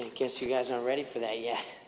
guess you guys aren't ready for that yet.